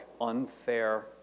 unfair